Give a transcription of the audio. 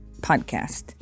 podcast